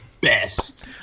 best